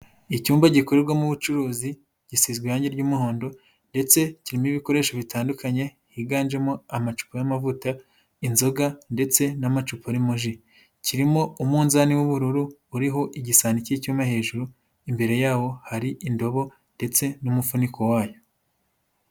Icyumba gikorerwamo ubucuruzi, gisizwe irangi ry'umuhondo ndetse kirimo ibikoresho bitandukanye, higanjemo amacupa y'amavuta, inzoga ndetse n'amacupa arimo ji. Kirimo umunzani w'ubururu, uriho igisahani cy'icyuma hejuru, imbere yaho hari indobo ndetse n'umufuniko wayo.